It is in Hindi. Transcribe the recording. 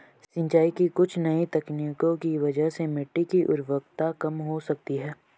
सिंचाई की कुछ नई तकनीकों की वजह से मिट्टी की उर्वरता कम हो सकती है